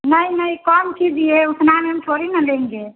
नहीं नहीं कम कीजिए उतना में हम थोड़ी न लेंगे